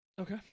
Okay